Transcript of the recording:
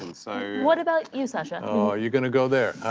and so. what about you, sacha. oh, you're gonna go there,